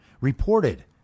reported